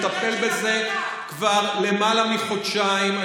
אני מטפל בזה כבר למעלה מחודשיים.